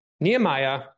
Nehemiah